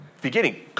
beginning